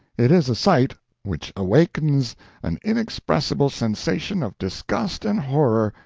it is a sight which awakens an inexpressible sensation of disgust and horror,